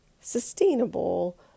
sustainable